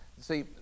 See